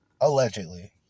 allegedly